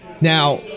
Now